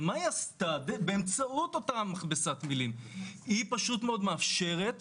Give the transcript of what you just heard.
באמצעות אותה מכבסת מילים היא מאפשרת